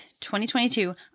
2022